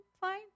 fine